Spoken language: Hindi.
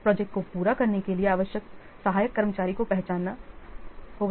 प्रोजेक्ट को पूरा करने के लिए आवश्यक सहायक कर्मचारी को पहचानना होगा